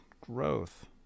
growth